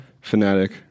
fanatic